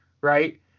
right